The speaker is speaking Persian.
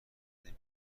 نمی